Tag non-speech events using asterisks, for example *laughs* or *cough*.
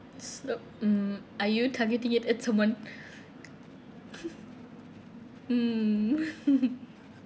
so mm are you targeting it at someone *laughs* mm *laughs*